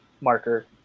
marker